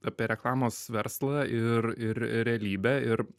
apie reklamos verslą ir ir realybę ir